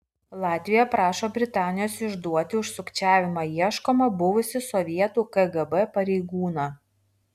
latvija prašo britanijos išduoti už sukčiavimą ieškomą buvusį sovietų kgb pareigūną